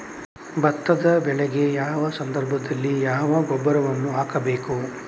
ಭತ್ತದ ಬೆಳೆಗೆ ಯಾವ ಸಂದರ್ಭದಲ್ಲಿ ಯಾವ ಗೊಬ್ಬರವನ್ನು ಹಾಕಬೇಕು?